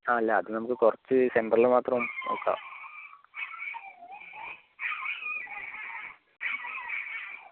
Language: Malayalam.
ആ അല്ല അത് നമുക്ക് കുറച്ച് സെൻ്ററിൽ മാത്രം വെയ്ക്കാം